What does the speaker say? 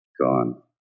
gone